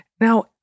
Now